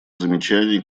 замечаний